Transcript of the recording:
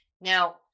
Now